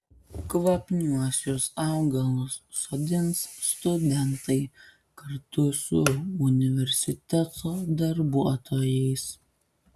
kvapniuosius augalus sodins studentai kartu su universiteto darbuotojais